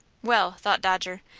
well, thought dodger,